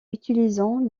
utilisant